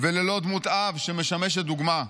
וללא דמות אב שמשמשת דוגמה.